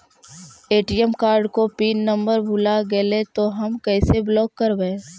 ATM card को PIN number भुला गैले तौ हम कैसे ब्लॉक करवै?